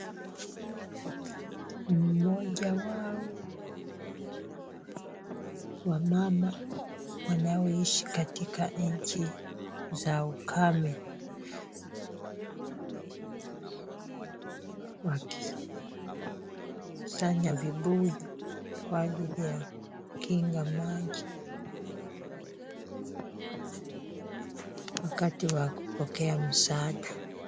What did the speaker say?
Mmoja wao wamama wanaoishi katika nchi za ukame wakisanya vibuyu kwa ajili ya kukinga maji wakati wa kupokea msaada.